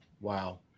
Wow